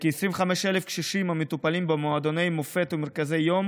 כ-25,000 קשישים המטופלים במועדוני מופת ומרכזי יום